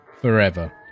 forever